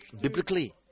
biblically